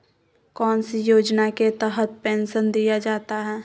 कौन सी योजना के तहत पेंसन दिया जाता है?